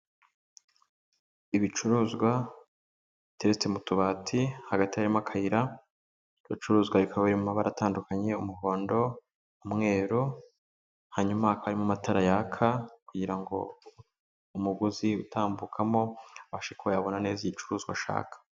Ibicuruzwa bireretse mu tubati, hagati harimo akayira, ibyo bicuruzwa bikaba biri mu mabara atandukanye umuhondo, umweru, hanyuma hakaba harimo amatara yaka, kugira ngo umuguzi utambukamo abashe kuba yabona neza igicuruzwa ashaka.